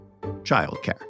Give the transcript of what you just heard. childcare